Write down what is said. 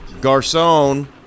Garcon